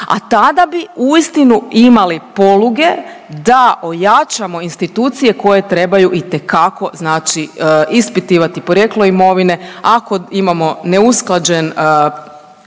a tada bi uistinu imali poluge da ojačamo institucije koje trebaju itekako ispitivati porijeklo imovine ako imamo neusklađene